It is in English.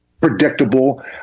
predictable